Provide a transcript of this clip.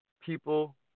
people